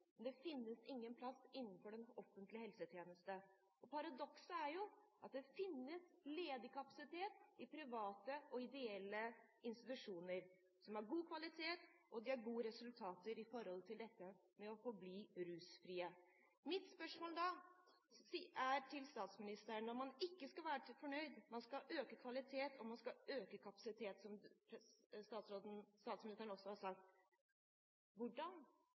det finnes ingen plass innenfor den offentlige helsetjeneste. Paradokset er at det finnes ledig kapasitet i private og ideelle institusjoner, som har god kvalitet, og som har gode resultater når det gjelder dette med å forbli rusfrie. Da er mitt spørsmål til statsministeren: Når man ikke skal være fornøyd; man skal øke kvaliteten og man skal øke kapasiteten, som statsministeren også har